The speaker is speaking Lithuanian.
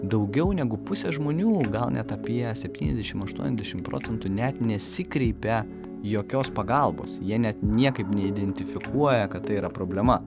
daugiau negu pusė žmonių gal net apie septyniasdešimt aštuoniasdešimt procentų net nesikreipia jokios pagalbos jie net niekaip neidentifikuoja kad tai yra problema